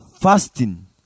Fasting